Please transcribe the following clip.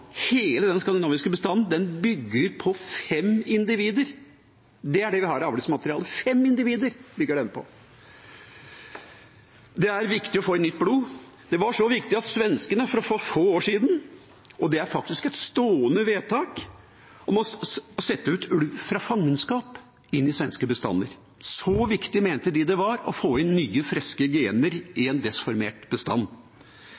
bygger på fem individer. Det er det vi har av avlsmateriale. Fem individer bygger den på. Det er viktig å få inn nytt blod. Det er så viktig at svenskene for få år siden, og det er faktisk et stående vedtak, vedtok å sette ut ulv fra fangenskap inn i svenske bestander. Så viktig mente de det var å få inn nye friske gener